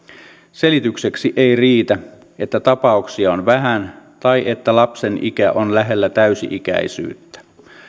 selitykseksi ei riitä että tapauksia on vähän tai että lapsen ikä on lähellä täysi ikäisyyttä